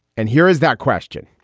and here is that question.